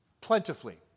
plentifully